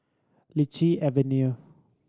Lichi Avenue